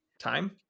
time